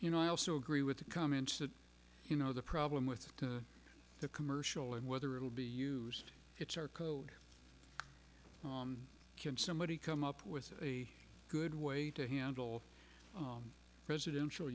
you know i also agree with the comments that you know the problem with the commercial and whether it'll be used it's our code can somebody come up with a good way to handle residential